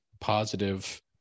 positive